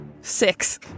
Six